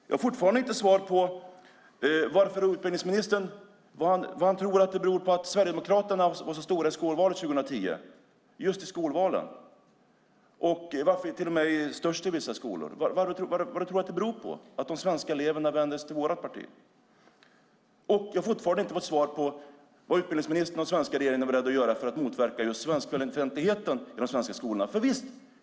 Jag har fortfarande inte fått svar på vad utbildningsministern tror att det beror på att Sverigedemokraterna var så stora i skolvalen 2010, just i skolvalen, till och med störst i vissa skolor. Vad tror du att det beror på att de svenska eleverna vänder sig till vårt parti? Jag har heller fortfarande inte fått svar på vad utbildningsministern och den svenska regeringen är beredd att göra för att motverka svenskfientligheten i de svenska skolorna.